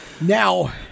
now